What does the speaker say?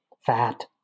fat